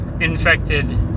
infected